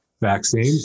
vaccine